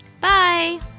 Bye